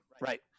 Right